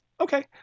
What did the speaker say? Okay